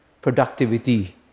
productivity